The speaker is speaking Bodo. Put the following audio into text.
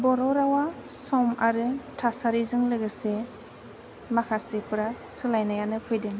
बर' रावा सम आरो थासारिजों लोगोसे माखासेफोरा सोलायनायानो फैदों